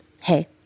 hey